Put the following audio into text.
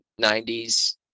90s